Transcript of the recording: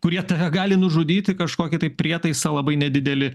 kurie tave gali nužudyti kažkokį tai prietaisą labai nedidelį